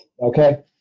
Okay